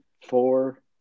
four